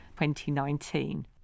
2019